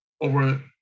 over